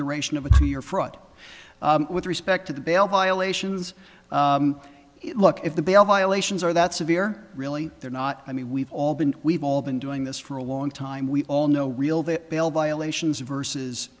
fraud with respect to the bail violations look if the bail violations are that severe really they're not i mean we've all been we've all been doing this for a long time we all know real the bail violations versus